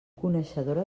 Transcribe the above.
coneixedora